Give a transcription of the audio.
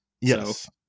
Yes